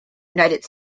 united